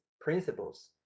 principles